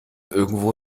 irgendwo